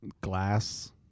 glass